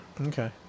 Okay